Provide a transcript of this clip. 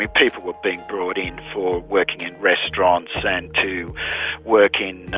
people were being brought in for working in restaurants and to work in